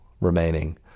remaining